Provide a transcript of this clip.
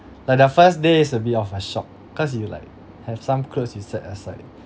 like the first day is a bit of a shock cause you like have some clothes you set aside